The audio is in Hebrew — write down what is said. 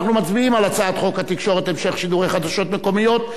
אנחנו מצביעים על הצעת חוק התקשורת (המשך שידורי חדשות מקומיות)